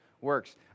works